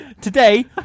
Today